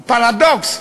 פרדוקס,